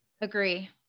Agree